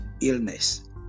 illness